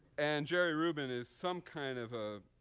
and jerry rubin is some kind of a